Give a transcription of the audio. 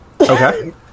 Okay